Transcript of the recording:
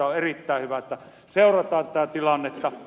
on erittäin hyvä että seurataan tätä tilannetta